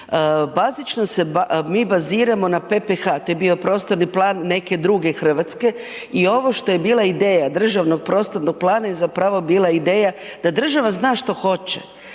bazično se mi baziramo na PPH, to je bio prostorni plan neke druge RH i ovo što je bila ideja državnog prostornog plana je zapravo bila ideja da država zna što hoće,